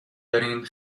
دارین